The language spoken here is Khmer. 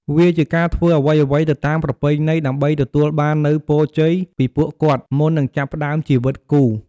វាជាការធ្វើអ្វីៗទៅតាមប្រពៃណី ដើម្បីទទួលបាននូវ ពរជ័យ ពីពួកគាត់ មុននឹងចាប់ផ្តើមជីវិតគូ។